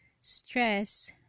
Stress